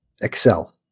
excel